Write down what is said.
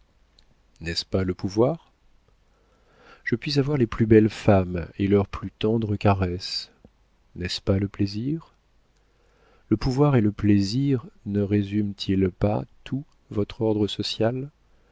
n'est-ce pas le pouvoir je puis avoir les plus belles femmes et leurs plus tendres caresses n'est-ce pas le plaisir le pouvoir et le plaisir ne résument ils pas tout votre ordre social